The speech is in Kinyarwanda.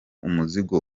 umuzigo